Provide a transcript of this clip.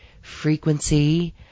frequency